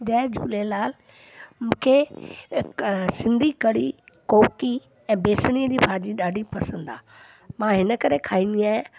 जय झूलेलाल मूंखे हिकु सिंधी कढ़ी कोकी ऐं बेसन जी भाॼी ॾाढी पसंदि आहे मां हिन करे खाईंदी आहियां